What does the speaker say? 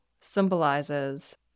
symbolizes